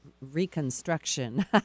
reconstruction